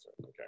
Okay